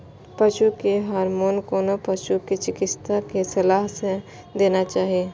पशु मे हार्मोन कोनो पशु चिकित्सक के सलाह सं देना चाही